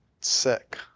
sick